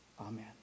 Amen